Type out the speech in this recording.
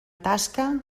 tasca